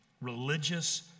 religious